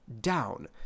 down